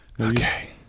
Okay